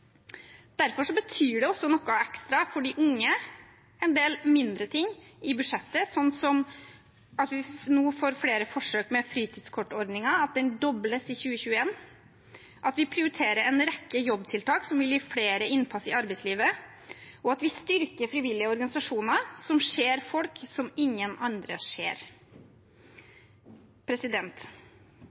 Derfor betyr en del mindre ting i budsjettet også noe ekstra for de unge, sånn som at vi nå får flere forsøk med fritidskortordningen, at den dobles i 2021, at vi prioriterer en rekke jobbtiltak som vil gi flere innpass i arbeidslivet, og at vi styrker frivillige organisasjoner som ser folk som ingen andre ser.